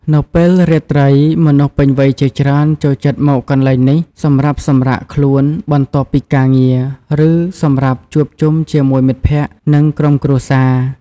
នៅពេលរាត្រី មនុស្សពេញវ័យជាច្រើនចូលចិត្តមកកន្លែងនេះសម្រាប់សម្រាកខ្លួនបន្ទាប់ពីការងារ ឬសម្រាប់ជួបជុំជាមួយមិត្តភក្តិ និងក្រុមគ្រួសារ។